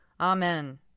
Amen